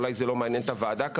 אולי זה לא מעניין את הוועדה כרגע,